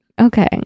Okay